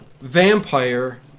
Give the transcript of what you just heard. vampire